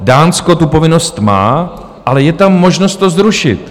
Dánsko tu povinnost má, ale je tam možnost to zrušit.